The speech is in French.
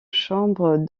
chambres